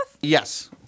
yes